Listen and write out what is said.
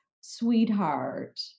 sweetheart